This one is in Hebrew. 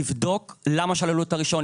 לבדוק למה שללו לו את הרישיון.